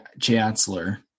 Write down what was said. chancellor